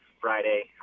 Friday